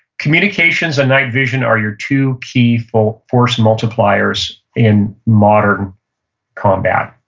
communications and night vision are your two key force force multipliers in modern combat.